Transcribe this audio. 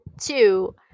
Two